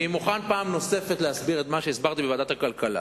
אני מוכן פעם נוספת להסביר את מה שהסברתי בוועדת הכלכלה,